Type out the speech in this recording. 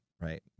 right